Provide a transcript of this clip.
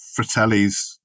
Fratellis